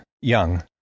young